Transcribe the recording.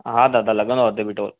हा दादा लॻंदो आहे हुते बि टोल